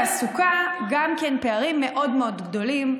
גם בעולם התעסוקה הפערים מאוד מאוד גדולים,